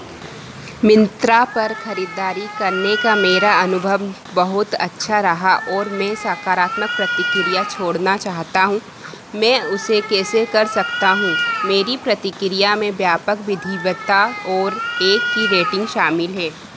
मिन्त्रा पर खरीददारी करने का मेरा अनुभव बहुत अच्छा रहा और मैं सकारात्मक प्रतिक्रिया छोड़ना चाहता हूँ मैं उसे कैसे कर सकता हूँ मेरी प्रतिक्रिया में व्यापक विविधता और एक की रेटिंग शामिल है